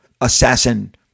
assassin